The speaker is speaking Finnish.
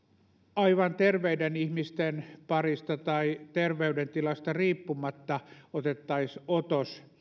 aivan terveiden ihmisten parista tai terveydentilasta riippumatta otettaisiin otos